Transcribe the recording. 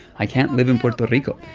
i can't live in puerto rico.